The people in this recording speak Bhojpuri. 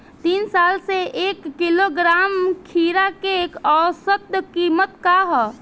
तीन साल से एक किलोग्राम खीरा के औसत किमत का ह?